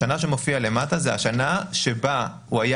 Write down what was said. השנה שמופיעה למטה זו השנה שבה הוא היה